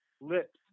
lips